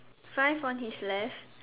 five on his left